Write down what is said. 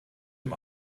dem